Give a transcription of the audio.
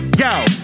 Yo